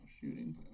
Shooting